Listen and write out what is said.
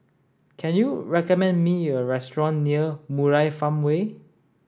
can you recommend me a restaurant near Murai Farmway